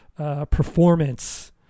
Performance